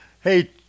hey